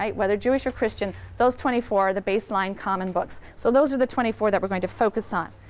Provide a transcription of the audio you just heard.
um whether jewish or christian, those twenty four are the baseline common books. so those are the twenty four that we're going to focus on.